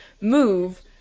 move